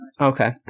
Okay